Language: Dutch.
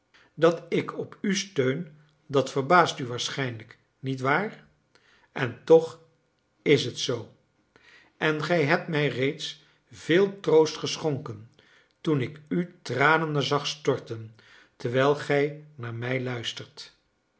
dat ik op u steun dat verbaast u waarschijnlijk niet waar en toch is het zoo en gij hebt mij reeds veel troost geschonken toen ik u tranen zag storten terwijl gij naar mij luisterdet